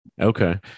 okay